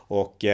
och